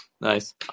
Nice